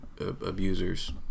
abusers